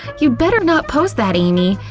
you'd better not post that, amy!